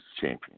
champion